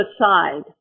aside